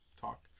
talk